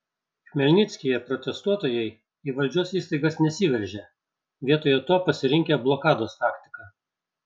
chmelnickyje protestuotojai į valdžios įstaigas nesiveržė vietoje to pasirinkę blokados taktiką